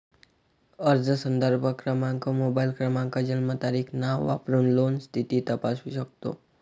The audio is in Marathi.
अर्ज संदर्भ क्रमांक, मोबाईल क्रमांक, जन्मतारीख, नाव वापरून लोन स्थिती तपासू शकतो